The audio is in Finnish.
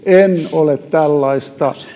ole tällaista